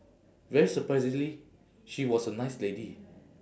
very surprisingly she was a nice lady